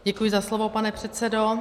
Děkuji za slovo, pane předsedo.